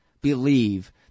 believe